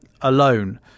alone